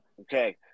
Okay